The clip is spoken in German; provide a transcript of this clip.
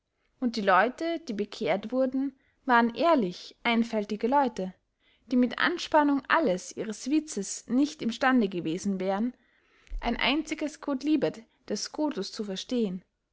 und die leute die bekehrt wurden waren ehrlich einfältige leute die mit anspannung alles ihres witzes nicht im stande gewesen wären ein einziges quodlibet des scotus zu verstehen